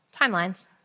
Timelines